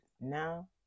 Now